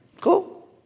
Cool